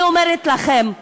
אני אומרת לכם,